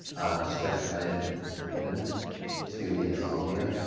a stress management component to insomnia,